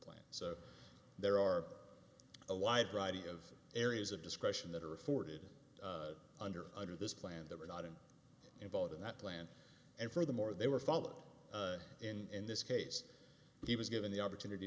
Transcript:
plan so there are a wide variety of areas of discretion that are afforded under under this plan that were not in involved in that plan and furthermore they were followed in this case he was given the opportunity